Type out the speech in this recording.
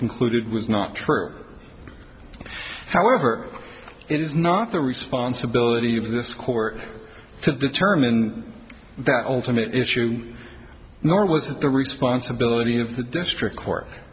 concluded was not true however it is not the responsibility of this court to determine that ultimate issue nor was it the responsibility of the district court